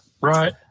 Right